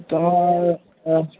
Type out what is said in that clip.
তোমার আজ